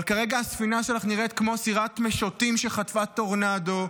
אבל כרגע הספינה שלך נראית כמו סירת משוטים שחטפה טורנדו,